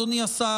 אדוני השר,